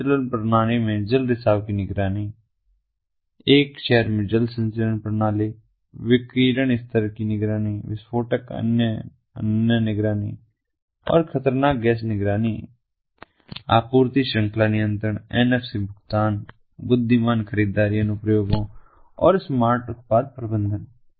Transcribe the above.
जल वितरण प्रणाली में जल रिसाव की निगरानी एक शहर में जल संचरण प्रणाली विकिरण स्तर की निगरानी विस्फोटक अनन्य निगरानी और खतरनाक गैस निगरानी आपूर्ति श्रृंखला नियंत्रण एनएफसी भुगतान बुद्धिमान खरीदारी अनुप्रयोगों और स्मार्ट उत्पाद प्रबंधन